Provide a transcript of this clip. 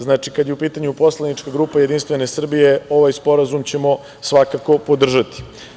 Znači, kada je u pitanju poslanička grupa JS, ovaj Sporazum ćemo svakako podržati.